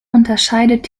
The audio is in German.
unterscheidet